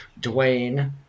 dwayne